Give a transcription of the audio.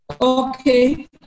Okay